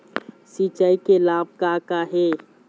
सिचाई के लाभ का का हे?